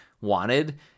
wanted